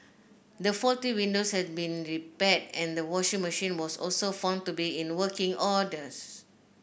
the faulty windows had been repaired and the washing machine was also found to be in working orders